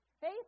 Faith